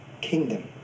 kingdom